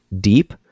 deep